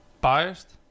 Biased